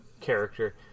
character